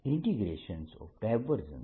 A dVsurfaceA